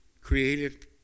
created